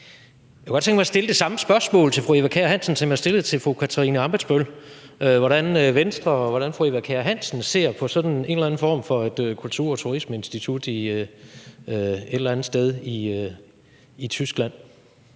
Jeg kunne godt tænke mig at stille det samme spørgsmål til fru Eva Kjer Hansen, som jeg stillede til fru Katarina Ammitzbøll, nemlig hvordan Venstre og fru Eva Kjer Hansen ser på en eller anden form for et kultur- og turismeinstitut et eller andet sted i Tyskland.